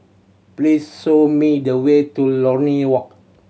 please show me the way to Lornie Walk